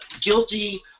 guilty